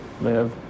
live